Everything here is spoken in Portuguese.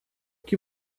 que